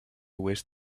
oest